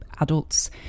adults